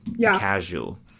casual